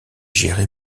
gérée